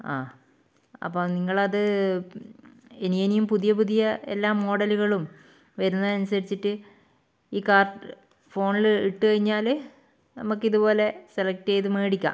ആ അപ്പോൾ നിങ്ങൾ അത് ഇനി ഇനിയും പുതിയ പുതിയ എല്ലാം മോഡലുകളും വരുന്നതനുസരിച്ചിട്ട് ഈ കാർട്ട് ഫോണിൽ ഇട്ട് കഴിഞ്ഞാൽ നമുക്കിത് പോലെ സെലക്ട് ചെയ്ത് മേടിക്കാം